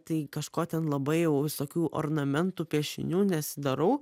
tai kažko ten labai jau visokių ornamentų piešinių nesidarau